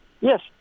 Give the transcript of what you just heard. Yes